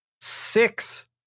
six